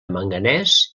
manganès